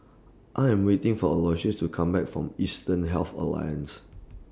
I Am waiting For Aloysius to Come Back from Eastern Health Alliance